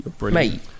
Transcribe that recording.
mate